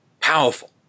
powerful